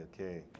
okay